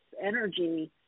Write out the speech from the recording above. energy